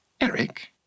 Eric